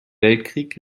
weltkrieg